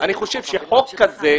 אני חושב שחוק כזה,